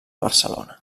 barcelona